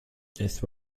death